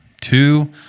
Two